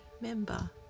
member